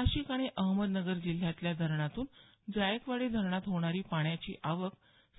नाशिक आणि अहमदनगर जिल्ह्यातल्या धरणातून जायकवाडी धरणात होणारी पाण्याची आवक